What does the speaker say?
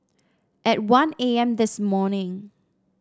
at one A M this morning